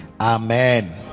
Amen